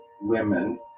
women